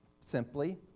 simply